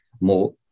more